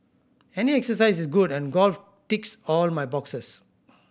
any exercise is good and golf ticks all my boxes